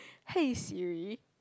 hey Siri